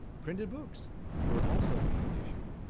printed books were also being issued.